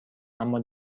اما